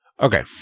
okay